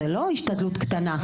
זה לא השתדלות קטנה.